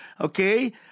Okay